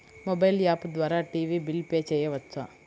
Mobile app ద్వారా TV bill pay చేయవచ్చా?